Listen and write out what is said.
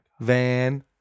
Van